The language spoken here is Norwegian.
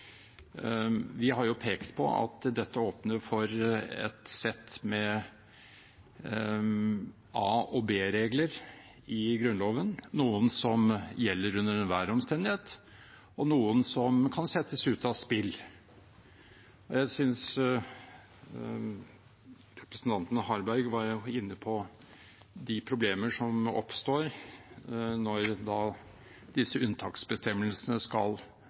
Vi har pekt på at dette åpner for et sett med A-regler og et sett med B-regler i Grunnloven – noen som gjelder under enhver omstendighet, og noen som kan settes ut av spill. Representanten Harberg var inne på de problemene som oppstår når disse unntaksbestemmelsene skal